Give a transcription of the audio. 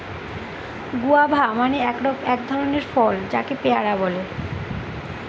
guava মানে এক ধরনের ফল যাকে পেয়ারা বলে